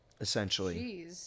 Essentially